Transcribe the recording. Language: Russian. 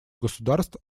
государств